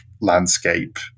landscape